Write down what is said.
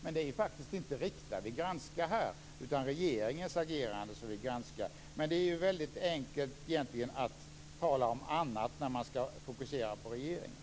Men det är faktiskt inte Rikta som vi granskar här, utan det är regeringens agerande som vi granskar. Men det är ju egentligen ganska enkelt att tala om annat när man ska fokusera på regeringen.